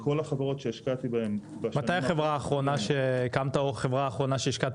וכל החברות שהשקעתי בהן בשנים האחרונות --- אמרת שהחברות שהשקעת